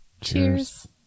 Cheers